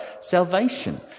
salvation